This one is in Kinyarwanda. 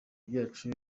byacu